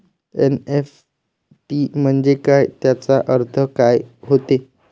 NEFT म्हंजे काय, त्याचा अर्थ काय होते?